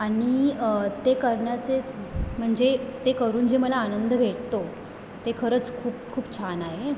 आणि ते करण्याचे म्हणजे ते करून जे मला आनंद भेटतो ते खरंच खूप खूप छान आहे